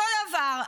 אותו דבר.